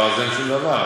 אז אין שום דבר,